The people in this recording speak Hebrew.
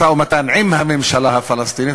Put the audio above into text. משא-ומתן עם הממשלה הפלסטינית,